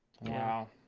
Wow